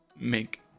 make